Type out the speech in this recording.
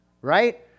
Right